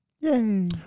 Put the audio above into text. Yay